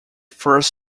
first